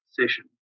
session